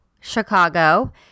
Chicago